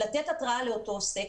לתת התראה לאותו עוסק,